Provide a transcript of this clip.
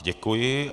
Děkuji.